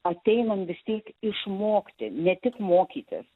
ateinam vis tiek išmokti ne tik mokytis